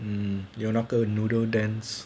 mm 有那个 noodle dance